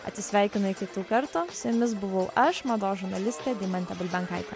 atsisveikinu iki kitų kartų su jumis buvau aš mados žurnalistė deimantė bulbenkaitė